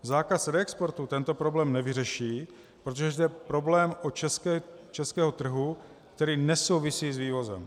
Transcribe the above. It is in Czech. Zákaz reexportu tento problém nevyřeší, protože jde o problém českého trhu, který nesouvisí s vývozem.